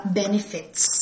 benefits